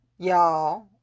Y'all